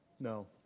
No